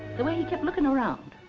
the way he kept looking around.